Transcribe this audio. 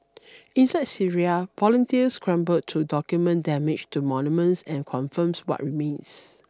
inside Syria volunteers scramble to document damage to monuments and confirms what remains